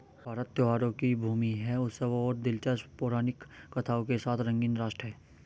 भारत त्योहारों की भूमि है, उत्सवों और दिलचस्प पौराणिक कथाओं के साथ रंगीन राष्ट्र है